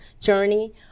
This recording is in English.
journey